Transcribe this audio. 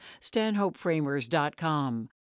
StanhopeFramers.com